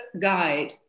guide